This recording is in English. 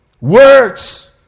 words